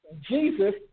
Jesus